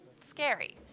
scary